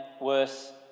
worse